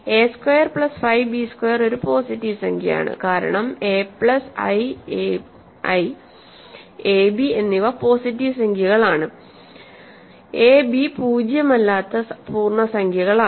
A square plus 5 B square ഒരു positive സംഖ്യയാണ് കാരണം A plus i a b എന്നിവ പോസിറ്റീവ് സംഖ്യകളാണ് a b പൂജ്യം അല്ലാത്ത പൂർണ്ണസംഖ്യകളാണ്